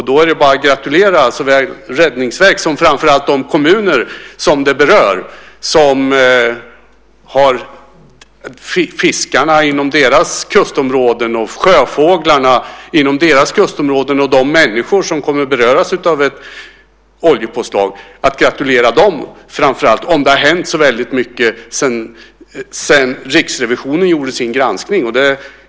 Då är det bara att gratulera såväl Räddningsverket som framför allt de kommuner som det berör, som har fiskar och sjöfåglar inom sina kustområden och de människor som kommer att beröras av ett oljepåslag. De bör framför allt gratuleras, om det nu har hänt så väldigt mycket sedan Riksrevisionen gjorde sin granskning.